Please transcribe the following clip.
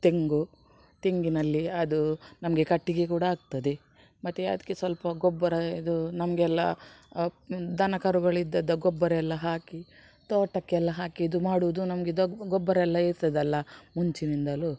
ತೆಂಗು ತೆಂಗಿನಲ್ಲಿ ಅದು ನಮಗೆ ಕಟ್ಟಿಗೆ ಕೂಡಾ ಆಗ್ತದೆ ಮತ್ತು ಅದ್ಕೆ ಸ್ವಲ್ಪ ಗೊಬ್ಬರ ಇದು ನಮಗೆಲ್ಲಾ ದನ ಕರುಗಳು ಇದ್ದದ್ದು ಗೊಬ್ಬರ ಎಲ್ಲಾ ಹಾಕಿ ತೋಟಕ್ಕೆ ಎಲ್ಲಾ ಹಾಕಿ ಇದು ಮಾಡುವುದು ನಮಗೆ ಇದು ಗೊಬ್ಬರ ಎಲ್ಲಾ ಇರ್ತದಲ್ಲ ಮುಂಚಿನಿಂದಲೂ